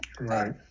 Right